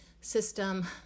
system